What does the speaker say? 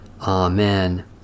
Amen